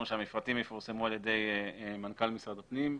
שהמפרטים יפורסמו ברשומות על ידי מנכ"ל משרד הפנים.